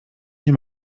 nie